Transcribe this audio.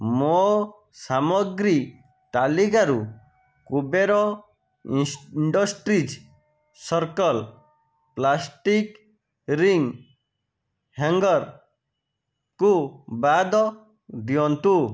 ମୋ ସାମଗ୍ରୀ ତାଲିକାରୁ Kuber industries circle plastic ring hanger କୁ ବାଦ୍ ଦିଅନ୍ତୁ